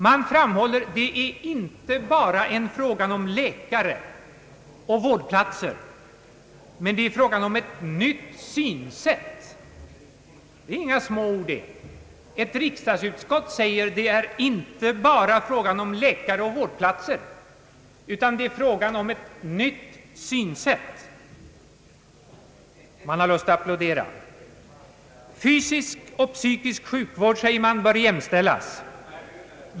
Man framhåller att det inte bara är en fråga om läkare och vård platser, utan att det är fråga om ett nytt synsätt. Det är inga små ord! Ett riksdagsutskott säger, att det inte bara är fråga om läkare och vårdplatser utan det är fråga om ett nytt synsätt. Man har lust att applådera! Fysisk och psykisk sjukvård, säger man, bör jämställas.